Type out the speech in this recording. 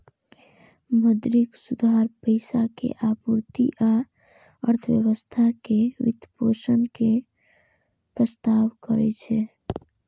मौद्रिक सुधार पैसा के आपूर्ति आ अर्थव्यवस्था के वित्तपोषण के प्रस्ताव करै छै